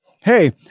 Hey